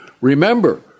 Remember